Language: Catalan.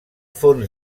fons